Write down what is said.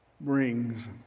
brings